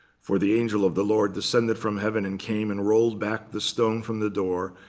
for the angel of the lord descended from heaven and came and rolled back the stone from the door,